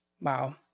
Wow